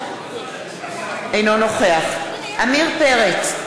אינו נוכח עמיר פרץ,